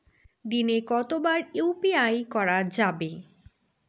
দিনে কতবার ইউ.পি.আই করা যাবে?